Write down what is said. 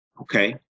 okay